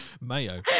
Mayo